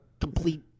complete